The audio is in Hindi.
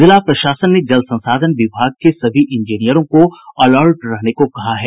जिला प्रशासन ने जल संसाधन विभाग के सभी इंजीनियरों को अलर्ट रहने को कहा है